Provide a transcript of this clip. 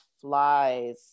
flies